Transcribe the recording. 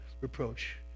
reproach